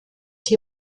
die